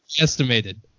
estimated